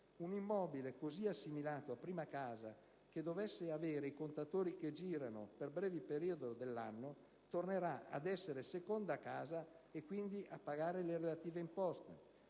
un immobile così assimilato a prima casa che dovesse avere i contatori che girano per brevi periodi dell'anno tornerà ad essere seconda casa e quindi a pagare le relative imposte.